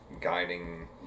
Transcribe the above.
guiding